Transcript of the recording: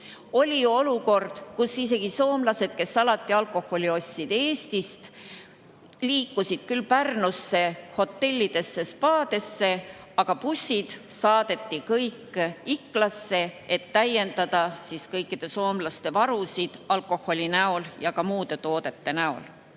Oli olukord, kus isegi soomlased, kes alati alkoholi ostsid Eestist, liikusid küll Pärnusse hotellidesse ja spaadesse, aga bussid saadeti kõik Iklasse, et täiendada kõikide soomlaste varusid alkoholi ja ka muude toodete näol. Selle